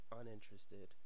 uninterested